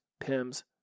PIMS